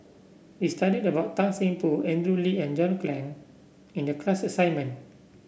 we studied about Tan Seng Poh Andrew Lee and John Clang in the class assignment